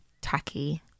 tacky